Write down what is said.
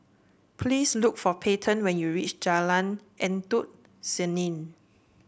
please look for Payten when you reach Jalan Endut Senin